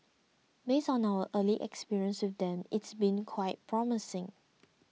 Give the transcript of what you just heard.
based on our early experience with them it's been quite promising